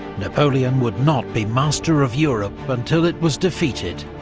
napoleon would not be master of europe until it was defeated,